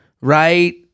Right